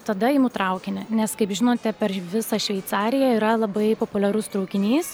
tada imu traukinį nes kaip žinote per visą šveicariją yra labai populiarus traukinys